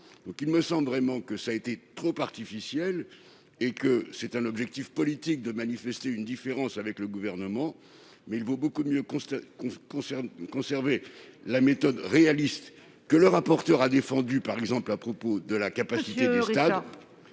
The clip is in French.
Il me semble que cela a été conçu de manière trop artificielle, avec l'objectif politique de manifester une différence avec le Gouvernement. Il vaut beaucoup mieux conserver la méthode réaliste que le rapporteur a défendue, par exemple, à propos de la capacité des stades,